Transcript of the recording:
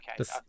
okay